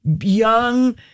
young